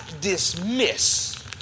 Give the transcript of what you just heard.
dismiss